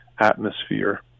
atmosphere